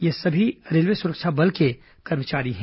ये सभी रेलवे सुरक्षा बल के कर्मचारी है